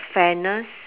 fairness